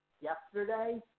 yesterday